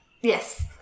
Yes